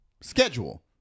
schedule